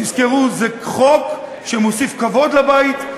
תזכרו, זה חוק שמוסיף כבוד לבית.